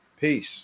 peace